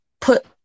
put